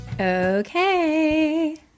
Okay